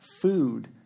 food